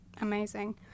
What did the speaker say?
amazing